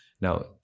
now